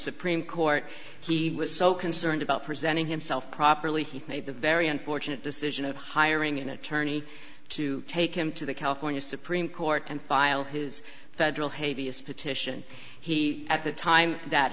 supreme court he was so concerned about presenting himself properly he made the very unfortunate decision of hiring an attorney to take him to the california supreme court and file his federal havey as petition he at the time that